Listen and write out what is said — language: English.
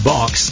Box